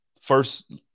first